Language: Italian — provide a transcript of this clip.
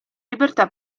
libertà